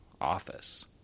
office